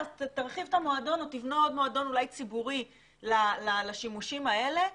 תרחיב את המועדון או תבנה מועדון אולי ציבורי לשימושים האלה,